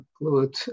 include